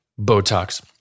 Botox